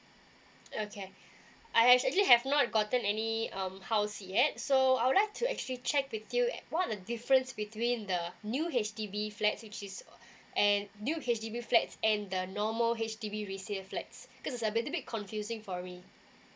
okay I actually have not gotten any um house yet so I would like to actually check with you what are the difference between the new H_D_B flats which is eh new H_D_B flats and the normal H_D_B resale flats cause it's a little bit confusing for me